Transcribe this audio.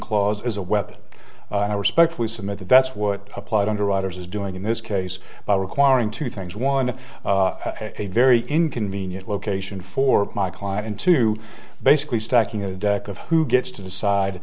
clause as a weapon and i respectfully submit that that's what applied underwriters is doing in this case by requiring two things one a very inconvenient location for my client and to basically stacking a deck of who gets to decide